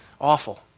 Awful